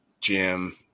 Jim